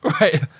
Right